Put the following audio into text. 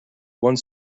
one